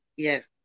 Yes